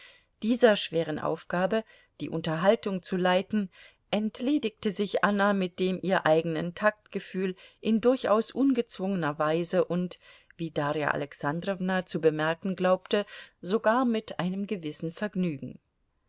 dieser schweren aufgabe die unterhaltung zu leiten entledigte sich anna mit dem ihr eigenen taktgefühl in durchaus ungezwungener weise und wie darja alexandrowna zu bemerken glaubte sogar mit einem gewissen vergnügen